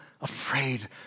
afraid